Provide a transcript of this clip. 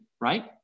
right